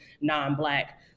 non-Black